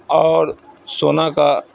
اور سونا کا